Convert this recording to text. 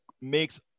makes